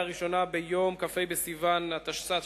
ראשונה ביום כ"ה בסיוון התשס"ט,